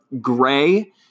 gray